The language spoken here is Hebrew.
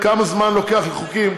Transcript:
כמה זמן לוקח לחוקים,